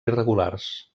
regulars